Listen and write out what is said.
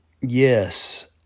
yes